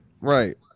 Right